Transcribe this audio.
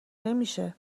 نمیشه